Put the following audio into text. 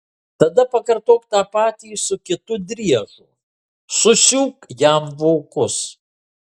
tada pakartok tą patį su kitu driežu susiūk jam vokus